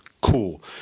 cool